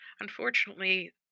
unfortunately